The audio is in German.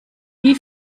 wie